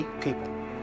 people